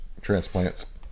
Transplants